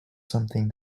something